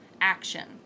action